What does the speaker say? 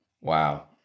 Wow